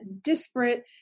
disparate